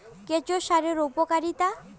কেঁচো সারের উপকারিতা?